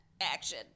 action